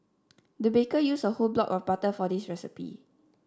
the baker used a whole block of butter for this recipe